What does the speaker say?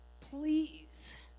Please